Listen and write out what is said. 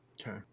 okay